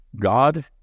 God